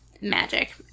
Magic